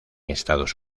estados